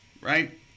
right